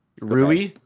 Rui